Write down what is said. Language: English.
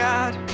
God